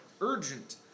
urgent